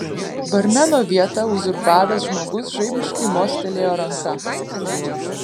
barmeno vietą uzurpavęs žmogus žaibiškai mostelėjo ranka